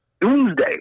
Doomsday